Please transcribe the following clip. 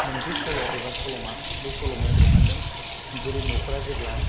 मोनसे सल' एबा सल'मा बे सल'माया बेरखांदों गोरिब न'खरा जेब्ला